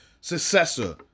successor